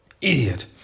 idiot